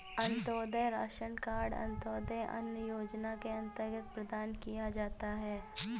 Antyodaya ration card अंत्योदय अन्न योजना के अंतर्गत प्रदान किया जाता है